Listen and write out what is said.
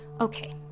Okay